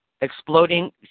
exploding